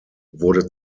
wurde